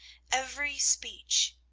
every speech,